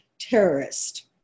terrorist